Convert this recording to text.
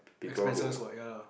expenses what ya lah